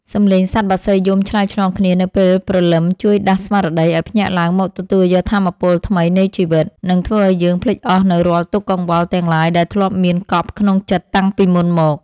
សំឡេងសត្វបក្សីយំឆ្លើយឆ្លងគ្នានៅពេលព្រលឹមជួយដាស់ស្មារតីឱ្យភ្ញាក់ឡើងមកទទួលយកថាមពលថ្មីនៃជីវិត និង ធ្វើឱ្យយើងភ្លេចអស់នូវរាល់ទុក្ខកង្វល់ទាំងឡាយដែលធ្លាប់មានកប់ក្នុងចិត្តតាំងពីមុនមក។